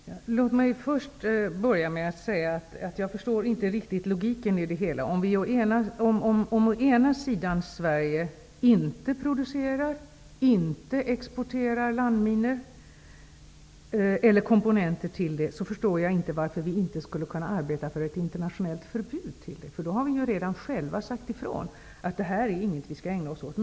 Fru talman! Låt mig först börja med att säga att jag inte riktigt förstår logiken i det hela. Om Sverige inte producerar eller exporterar landminor eller komponenter till dessa, förstår jag inte varför vi inte skulle kunna arbeta för ett internationellt förbud för detta, eftersom vi då själva har sagt ifrån att detta inte är något som vi skall ägna oss åt.